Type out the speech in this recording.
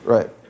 Right